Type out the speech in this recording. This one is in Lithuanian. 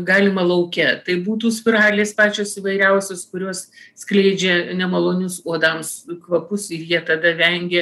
galima lauke tai būtų spiralės pačios įvairiausios kurios skleidžia nemalonius uodams kvapus ir jie tada vengia